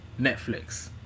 Netflix